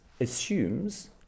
assumes